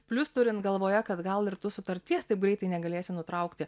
plius turint galvoje kad gal ir tu sutarties taip greitai negalėsi nutraukti